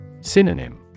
Synonym